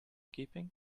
keeping